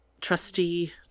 trusty